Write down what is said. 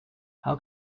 how